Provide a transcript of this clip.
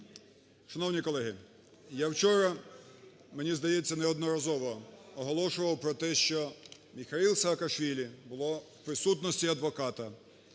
Шановні колеги! Я вчора, мені здається, неодноразово оголошував, що Міхеїлу Саакашвілі було в присутності адвоката